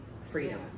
freedom